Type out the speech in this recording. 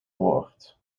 woord